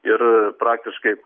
ir praktiškai